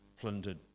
plundered